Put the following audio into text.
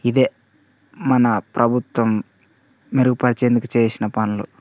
ఇదే మన ప్రభుత్వం మెరుగుపరిచేందుకు చేసిన పనులు